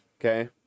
okay